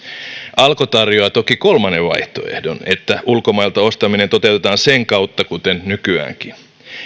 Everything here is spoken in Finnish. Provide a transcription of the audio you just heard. alko tarjoaa toki kolmannen vaihtoehdon että ulkomailta ostaminen toteutetaan sen kautta kuten nykyäänkin